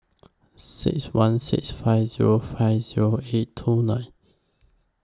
six one six five Zero five Zero eight two nine